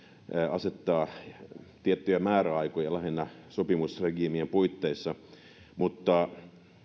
asettaa tiettyjä määräaikoja lähinnä sopimusregiimien puitteissa mutta